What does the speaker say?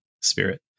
spirit